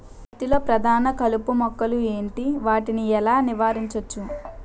పత్తి లో ప్రధాన కలుపు మొక్కలు ఎంటి? వాటిని ఎలా నీవారించచ్చు?